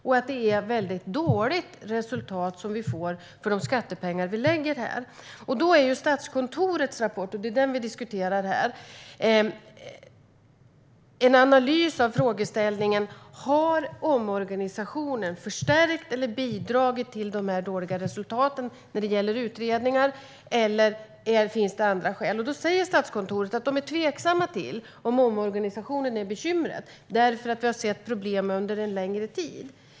Vi får ett väldigt dåligt resultat för de skattepengar som vi lägger här. Vi diskuterar här Statskontorets rapport. I den görs en analys av frågeställningen: Har omorganisationen förstärkt eller bidragit till de dåliga resultaten när det gäller utredningar eller finns det andra skäl? Statskontoret säger att det är tveksamt till om omorganisationen är bekymret därför att vi har sett problem under en längre tid.